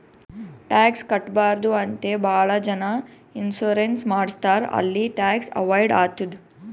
tax ಕಟ್ಬಾರ್ದು ಅಂತೆ ಭಾಳ ಜನ ಇನ್ಸೂರೆನ್ಸ್ ಮಾಡುಸ್ತಾರ್ ಅಲ್ಲಿ ಟ್ಯಾಕ್ಸ್ ಅವೈಡ್ ಆತ್ತುದ್